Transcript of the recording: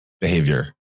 behavior